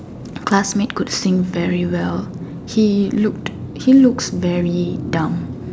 classmate could sing very well he looked he looks very dumb